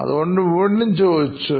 അതുകൊണ്ട് വീണ്ടും ചോദിച്ചു